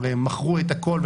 אם הם מכרו הכל,